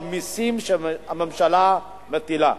על מסים שהממשלה מטילה.